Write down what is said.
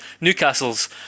Newcastle's